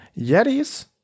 Yetis